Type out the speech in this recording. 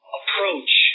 approach